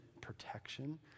protection